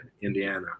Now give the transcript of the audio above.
Indiana